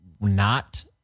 not-